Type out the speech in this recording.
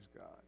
God